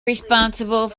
responsible